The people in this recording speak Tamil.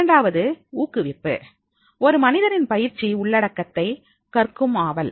இரண்டாவது ஊக்குவிப்பு ஒரு மனிதரின் பயிற்சி உள்ளடக்கத்தை கற்கும் ஆவல்